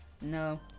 No